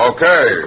Okay